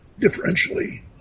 differentially